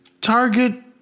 Target